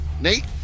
Nate